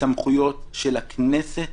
סמכויות של הכנסת,